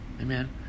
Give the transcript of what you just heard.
amen